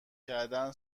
کردن